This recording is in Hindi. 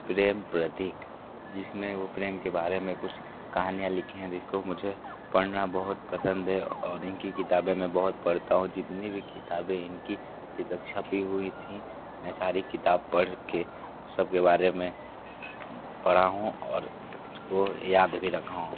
प्रेम प्रतीक जिसमें वो प्रेम के बारे में कुछ कहानियाँ लिखी हैं जिसको मुझे पढ़ना बहुत पसंद है और इनकी किताबें मैं बहुत पढ़ता हूँ जितनी भी किताबें इनकी अभी तक छपी हुईं थीं मैं सारी किताब पढ़के सबके बारे में पढ़ा हूँ और उसको याद भी रखा हूँ